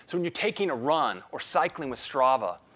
when you're taking a run, or cycling with strava,